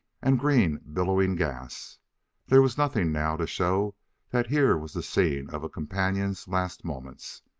and green, billowing gas there was nothing now to show that here was the scene of a companion's last moments.